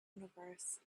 universe